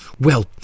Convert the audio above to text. Well